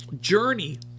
journey